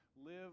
live